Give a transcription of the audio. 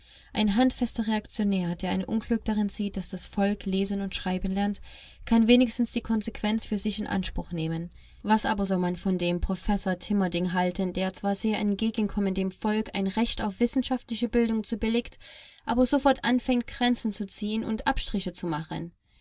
ein handfester reaktionär der ein unglück darin sieht daß das volk lesen und schreiben lernt kann wenigstens die konsequenz für sich in anspruch nehmen was aber soll man von dem professor timerding halten der zwar sehr entgegenkommend dem volk ein recht auf wissenschaftliche bildung zubilligt aber sofort anfängt grenzen zu ziehen und abstriche zu machen